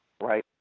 right